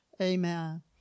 Amen